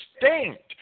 distinct